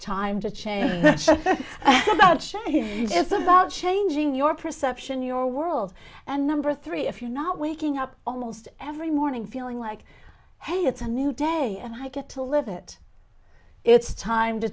time to change it's about changing your perception your world and number three if you're not waking up almost every morning feeling like hey it's a new day i get to live it it's time to